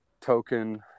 token